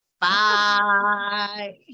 Bye